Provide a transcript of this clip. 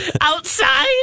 Outside